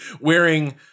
wearing